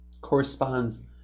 corresponds